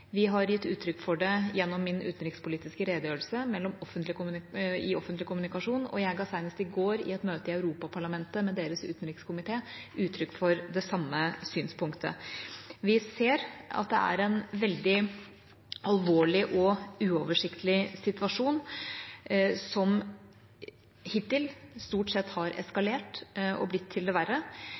Vi har gitt uttrykk for det gjennom min utenrikspolitiske redegjørelse, i offentlig kommunikasjon, og jeg ga senest i går, i et møte i Europaparlamentet med deres utenrikskomité, uttrykk for det samme synspunktet. Vi ser at det er en veldig alvorlig og uoversiktlig situasjon som hittil stort sett har eskalert, og blitt til det verre.